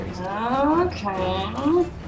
Okay